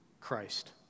Christ